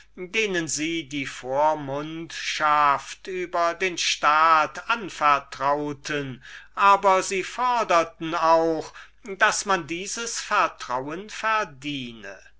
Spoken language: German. denen sie die vormundschaft über den staat anvertrauten aber sie forderten auch daß man dieses vertrauen verdiene